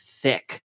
thick